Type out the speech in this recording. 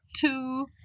two